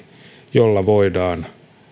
jolla voidaan